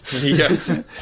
Yes